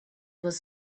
was